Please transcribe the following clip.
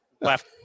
left